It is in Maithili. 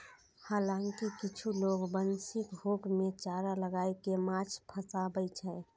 हालांकि किछु लोग बंशीक हुक मे चारा लगाय कें माछ फंसाबै छै